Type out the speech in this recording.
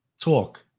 talk